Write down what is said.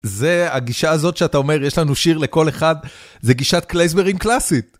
זה הגישה הזאת שאתה אומר, יש לנו שיר לכל אחד, זה גישת קלייזברים קלאסית.